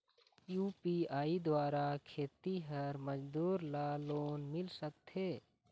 UPI द्वारा खेतीहर मजदूर ला लोन मिल सकथे?